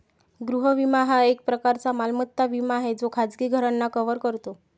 गृह विमा हा एक प्रकारचा मालमत्ता विमा आहे जो खाजगी घरांना कव्हर करतो